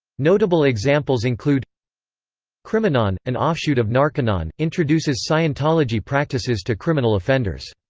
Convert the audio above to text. notable examples include criminon, an offshoot of narconon, introduces scientology practices to criminal offenders.